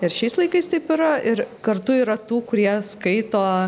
ir šiais laikais taip yra ir kartu yra tų kurie skaito